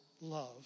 love